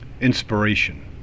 inspiration